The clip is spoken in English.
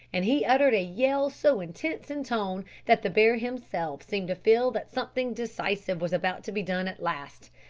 and he uttered a yell so intense in tone that the bear himself seemed to feel that something decisive was about to be done at last.